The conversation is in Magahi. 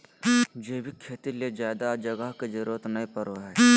जैविक खेती ले ज्यादे जगह के जरूरत नय पड़ो हय